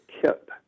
kit